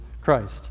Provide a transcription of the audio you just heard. Christ